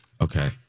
Okay